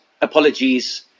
Apologies